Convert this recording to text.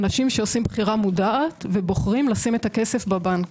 אנשים שעושים בחירה מודעת ובוחרים לשים את הכסף בבנק.